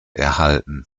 erhalten